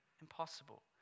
Impossible